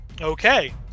Okay